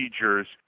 procedures